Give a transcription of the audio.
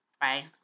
Bye